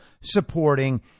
supporting